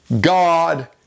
God